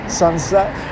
sunset